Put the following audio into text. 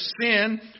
sin